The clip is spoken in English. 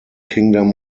kingdom